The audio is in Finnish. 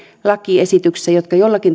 lakiesityksissä jotka jollakin